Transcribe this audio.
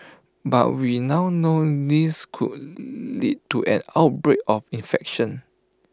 but we now know this could lead to an outbreak of infection